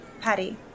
patty